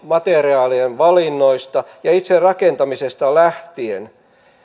materiaalien valinnoista ja itse rakentamisesta lähtien